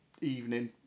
evening